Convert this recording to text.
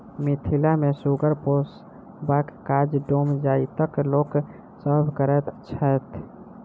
मिथिला मे सुगर पोसबाक काज डोम जाइतक लोक सभ करैत छैथ